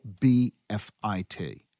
BFIT